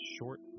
short